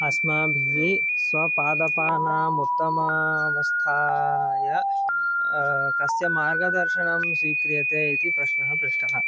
अस्माभिः स्वपादपानाम् उत्तमवस्थाय कस्य मार्गदर्शणं स्वीक्रियते इति प्रश्नः पृष्टः